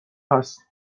هست